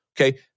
okay